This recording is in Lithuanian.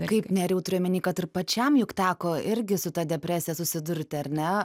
kaip nerijau turiu omeny kad ir pačiam juk teko irgi su ta depresija susidurti ar ne